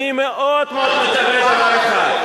אני מאוד מקווה דבר אחד,